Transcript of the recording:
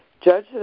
judge